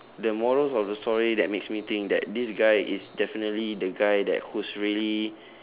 the morals of the story that makes me think that this guy is definitely the guy that who's really